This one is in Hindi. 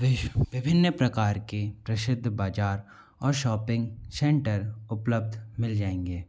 विश विभिन्न प्रकार के प्रसिद्ध बाज़ार और शॉपिंग शेंटर उपलब्ध मिल जाएंगे